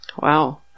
Wow